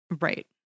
Right